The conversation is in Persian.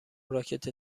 راکت